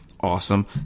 awesome